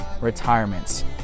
retirements